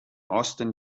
austin